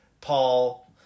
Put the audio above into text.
Paul